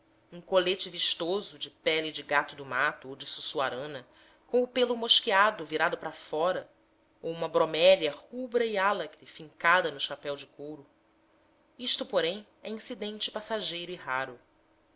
um colete vistoso de pele de gato do mato ou de suçuarana com o pêlo mosqueado virado para fora ou uma bromélia rubra e álacre fincada no chapéu de couro isto porém é incidente passageiro e raro